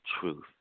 truth